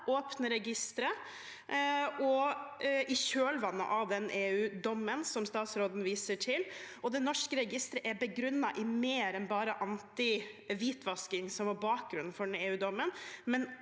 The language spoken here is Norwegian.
åpne registre, også i kjølvannet av den EUdommen statsråden viser til. Det norske registeret er begrunnet i mer enn bare anti-hvitvasking, som var bakgrunnen for EU-dommen,